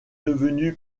devenu